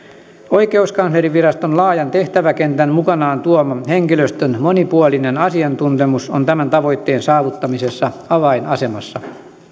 oikeuskanslerinviraston laajan tehtäväkentän mukanaan tuoma henkilöstön monipuolinen asiantuntemus on tämän tavoitteen saavuttamisessa avainasemassa